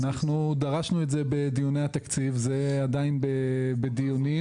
אנחנו דרשנו את זה בדיוני התקציב זה עדיין בדיונים,